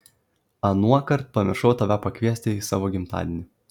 anuokart pamiršau tave pakviesti į savo gimtadienį